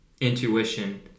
intuition